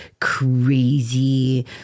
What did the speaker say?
crazy